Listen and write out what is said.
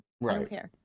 Right